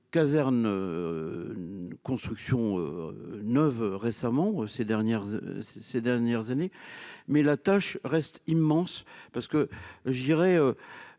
casernes constructions neuves récemment ces dernières, ces dernières années mais la tâche reste immense, parce que je dirais,